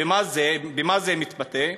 ובמה זה מתבטא?